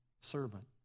servant